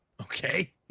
okay